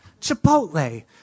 Chipotle